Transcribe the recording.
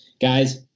Guys